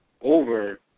over